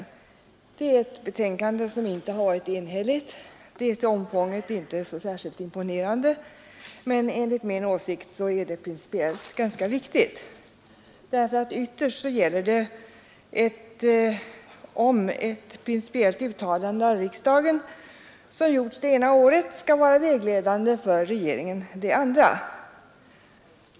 Betänkandet är inte enhälligt. Det är till omfånget inte särskilt imponerande, men enligt min åsikt är det principiellt ganska viktigt, eftersom det ytterst gäller huruvida ett principiellt uttalande som gjorts av riksdagen det ena året skall vara vägledande för regeringen det andra.